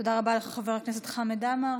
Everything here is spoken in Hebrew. תודה רבה לך, חבר הכנסת חמד עמאר.